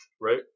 right